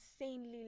insanely